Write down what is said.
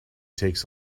takes